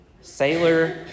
sailor